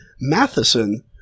Matheson